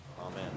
Amen